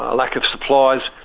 ah lack of supplies,